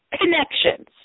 connections